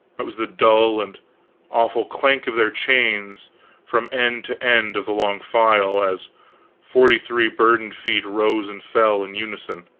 that was the dull and awful clank of their chains from end to end of the long file, as forty-three burdened feet rose and fell in unison.